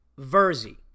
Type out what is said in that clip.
Verzi